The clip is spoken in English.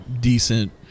decent